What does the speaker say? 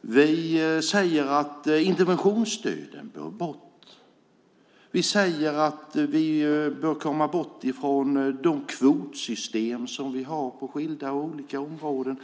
Vi säger att interventionsstöden bör bort. Vi säger att vi bör komma bort från de kvotsystem som vi har på skilda områden.